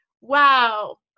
wow